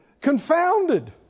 confounded